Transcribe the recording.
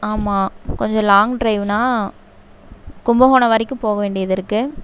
ஆமாம் கொஞ்சம் லாங் டிரைவ்ண்ணா கும்பகோணம் வரைக்கும் போக வேண்டியது இருக்குது